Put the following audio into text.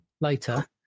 later